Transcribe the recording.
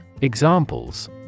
Examples